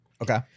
Okay